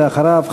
ואחריו,